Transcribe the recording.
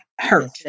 hurt